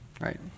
right